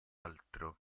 altro